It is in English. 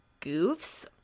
goofs